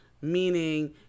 Meaning